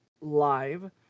live